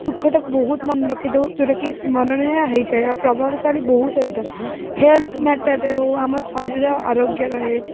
ସୁଖଟାକୁ ବହୁତ ମନେ ରଖିଥାଉ ଯେଉଁଟାକି ସ୍ମରଣୀୟ ହେଇଥାଏ ଆଉ ପ୍ରଭାବଶାଳୀ ବହୁତ ହୋଇଥାଏ ହେଲ୍ଥ୍ ମ୍ୟାଟର୍ରେ ହେଉ ଆମ ଶରୀର ଆରୋଗ୍ୟ ରୁହେ